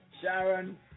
Sharon